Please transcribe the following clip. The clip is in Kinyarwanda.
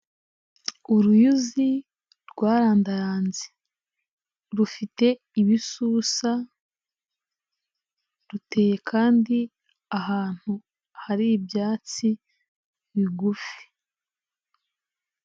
Uruyuzi rwarandayanze rufite ibisusa ruteye kandi ahantu hari ibyatsi bigufi.